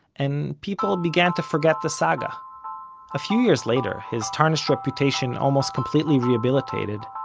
and people began to forget the saga a few years later, his tarnished reputation almost completely rehabilitated,